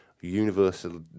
universal